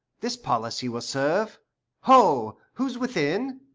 this policy will serve ho, whose within?